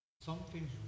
something's